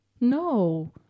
No